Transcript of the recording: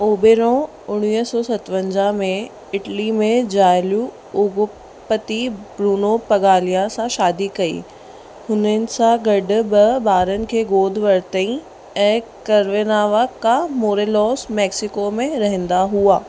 ओबेरो उणिवीह सौ सतवंजाह में इटली में ॼायल उधोगपति ब्रूनो पगलिया सां शादी कई हुननि सां गॾु ॿ ॿारनि खे गोदु वरितो ऐं क्वेनावाका मोरेलोस मैक्सिको में रहंदा हुआ